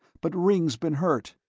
but ringg's been hurt.